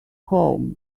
home